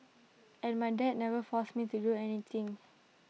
and my dad never forced me to do anything